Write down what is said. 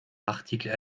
articles